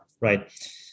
right